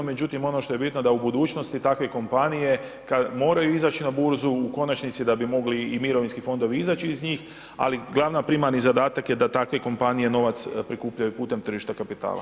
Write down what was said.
Međutim, ono što je bitno da u budućnosti takve kompanije, kad moraju izaći na burzu, u konačnici da bi mogli i mirovinski fondovi izaći iz njih, ali glavni i primarni zadatak je da takve kompanije novac prikupljaju putem tržišta kapitala.